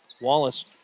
Wallace